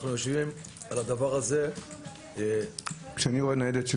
אנחנו יושבים על הדבר הזה -- כשאני רואה ניידת של